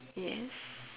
yes